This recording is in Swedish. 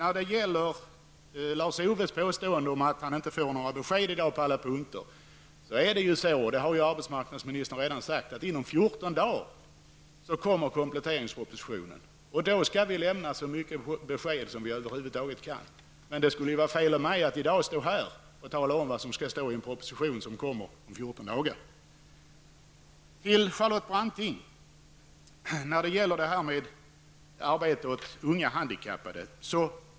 Sedan påstår Lars-Ove Hagberg att han inte får några besked. Som arbetsmarknadsministern redan har sagt kommer kompletteringspropositionen om 14 dagar, och där lämnar vi så många besked som vi över huvud taget kan. Det skulle vara fel av mig att här i dag tala om vad som kommer att stå i en proposition som kommer om 14 dagar. Jag håller med Charlotte Branting om det hon sade om arbete åt unga arbetshandikappade.